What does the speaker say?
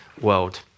world